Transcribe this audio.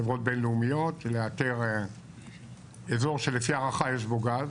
חברות בין-לאומיות לאתר אזור שלפי ההערכה יש בו גז.